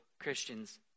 Christians